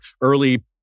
early